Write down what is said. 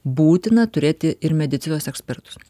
būtina turėti ir medicinos ekspertus